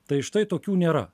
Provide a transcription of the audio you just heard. tai štai tokių nėra